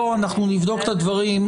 נלמד את הדברים.